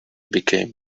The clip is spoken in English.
became